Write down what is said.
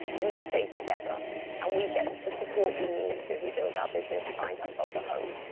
we stay together and we get the support we need to rebuild our business, find ourselves a home.